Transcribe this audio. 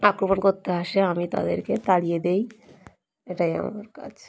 আক্রমণ করতে আসে আমি তাদেরকে তাড়িয়ে দেই এটাই আমার কাজ